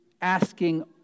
asking